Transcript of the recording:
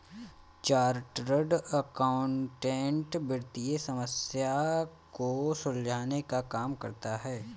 chartered accountant वित्तीय समस्या को सुलझाने का काम करता है